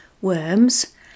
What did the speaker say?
worms